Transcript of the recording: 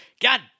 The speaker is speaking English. God